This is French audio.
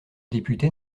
député